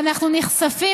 אנחנו נכספים,